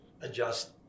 adjust